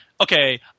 okay